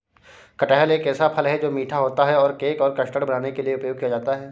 कटहल एक ऐसा फल है, जो मीठा होता है और केक और कस्टर्ड बनाने के लिए उपयोग किया जाता है